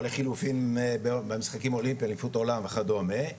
או לחילופין במשחקים האולימפיים אליפות האולם וכדומה,